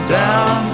down